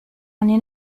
anni